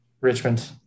Richmond